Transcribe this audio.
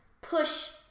push